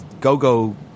go-go